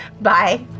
Bye